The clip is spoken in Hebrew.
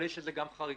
אבל יש לזה גם חריגים.